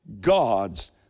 God's